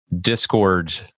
discord